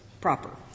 proper